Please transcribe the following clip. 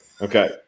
Okay